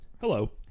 Hello